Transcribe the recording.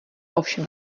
ovšem